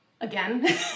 Again